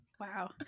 Wow